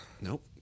Nope